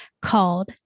called